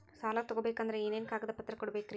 ಸಾಲ ತೊಗೋಬೇಕಂದ್ರ ಏನೇನ್ ಕಾಗದಪತ್ರ ಕೊಡಬೇಕ್ರಿ?